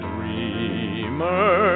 Dreamer